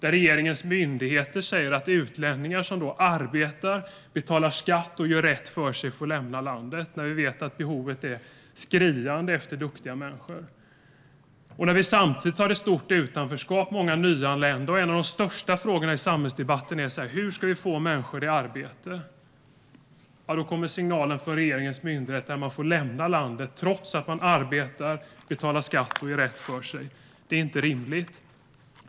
Regeringens myndigheter säger att utlänningar som arbetar, betalar skatt och gör rätt för sig får lämna landet när vi vet att behovet av duktiga människor är skriande. Samtidigt har vi ett stort utanförskap. Det är många nyanlända, och en av de största frågorna i samhällsdebatten är: Hur ska vi få människor i arbete? Då kommer signalen från regeringens myndigheter att man får lämna landet trots att man arbetar, betalar skatt och gör rätt för sig. Det är inte rimligt.